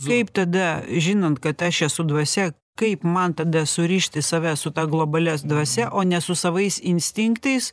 kaip tada žinant kad aš esu dvasia kaip man tada surišti save su ta globalia dvasia o ne su savais instinktais